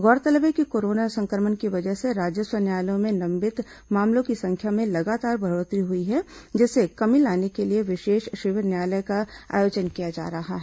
गौरतलब है कि कोरोना संक्रमण की वजह से राजस्व न्यायालयों में लंबित मामलों की संख्या में लगातार बढ़ोत्तरी हुई है जिसमें कमी लाने के लिए विशेष शिविर न्यायालय का आयोजन किया जा रहा है